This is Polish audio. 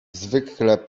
zwykle